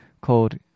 called